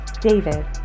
David